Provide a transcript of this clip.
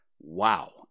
Wow